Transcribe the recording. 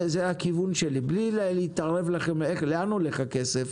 זה הכיוון שלי, בלי להתערב לאן הולך הכסף,